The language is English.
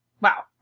Wow